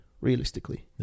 realistically